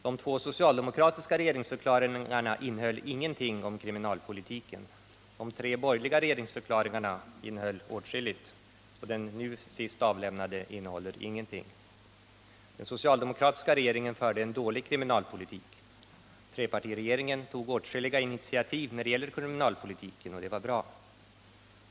De två socialdemokratiska regeringsförklaringarna innehöll ingenting om kriminalpolitiken. De tre borgerliga regeringsförklaringarna innehöll åtskilligt, men den senast avlämnade förklaringen innehåller ingenting. Den socialdemokratiska regeringen förde en dålig kriminalpolitik. Trepartiregeringen tog åtskilliga initiativ i fråga om kriminalpolitiken, och det var bra.